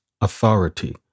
authority